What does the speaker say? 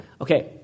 Okay